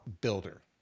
builder